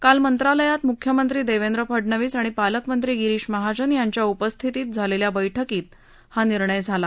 काल मंत्रालयात मुख्यमंत्री देवेंद्र फडनवीस आणि पालकमंत्री गिरीश महाजन यांच्या उपस्थितीत झालेल्या बैठकीत हा निर्णय झाला